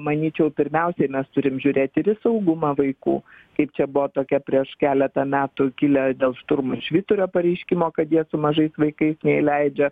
manyčiau pirmiausiai mes turim žiūrėt ir į saugumą vaikų kaip čia buvo tokie prieš keletą metų kilę dėl šturmų ir švyturio pareiškimo kad jie su mažais vaikais neįleidžia